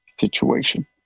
situation